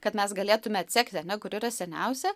kad mes galėtume atsekti kuri yra seniausia